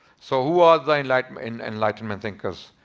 so who are the enlightenment enlightenment thinkers?